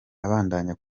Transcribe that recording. abandanya